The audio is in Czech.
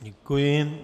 Děkuji.